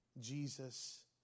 Jesus